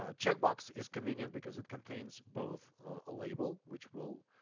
ah check box is convenient because it contains both a label which will